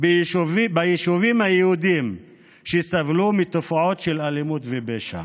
ביישובים היהודיים שסבלו מתופעות של אלימות ופשע.